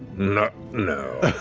no, no.